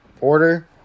order